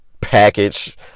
package